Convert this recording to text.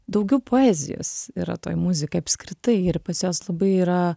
daugiau poezijos yra toj muzikoj apskritai ir pas juos labai yra